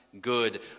good